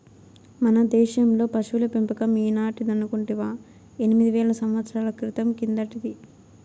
మన దేశంలో పశుల పెంపకం ఈనాటిదనుకుంటివా ఎనిమిది వేల సంవత్సరాల క్రితం కిందటిది